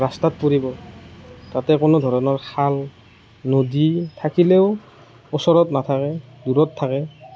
ৰাস্তাত পৰিব তাতে কোনো ধৰণৰ খাল নদী থাকিলেও ওচৰত নাথাকে দূৰত থাকে